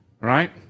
Right